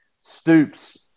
Stoops